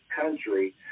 country